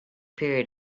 period